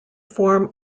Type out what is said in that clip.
form